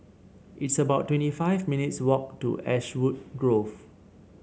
it's about twenty five minutes' walk to Ashwood Grove